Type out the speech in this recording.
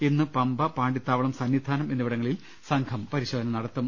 ഇന്ന് പമ്പ പാണ്ടിത്താവളം സന്നിധാനം എന്നിവിട ങ്ങളിൽ സംഘം പരിശോധന നടത്തും